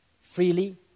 freely